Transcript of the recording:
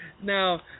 Now